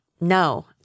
no